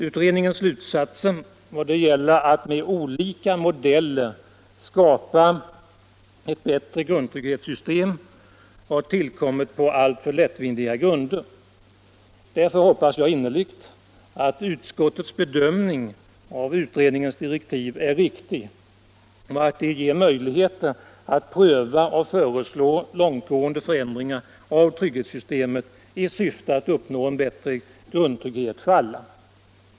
Utredningens slutsatser i vad det gäller att med olika modeller skapa ett bättre grundtrygghetssystem har tillkommit på alltför lättvindiga grunder. Därför hoppas jag innerligt att utskottets bedömning av utredningens direktiv är riktig och att de ger möjligheter att pröva och föreslå långtgående förändringar av trygghetssystemet i syfte att uppnå en bättre grundtrygghet för alla.